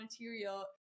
material